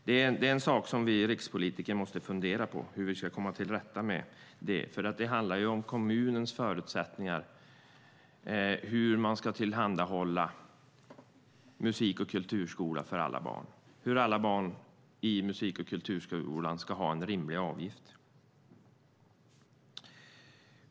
Det är en sak som vi rikspolitiker måste fundera på hur vi ska komma till rätta med, för det handlar om kommunens förutsättningar, hur man ska tillhandahålla musik och kulturskola för alla barn, hur alla barn i musik och kulturskolan ska ha en rimlig avgift.